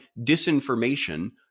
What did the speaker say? disinformation